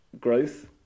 growth